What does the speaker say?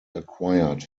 acquired